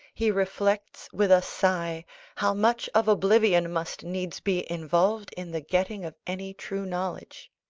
he reflects with a sigh how much of oblivion must needs be involved in the getting of any true knowledge.